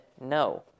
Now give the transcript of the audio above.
no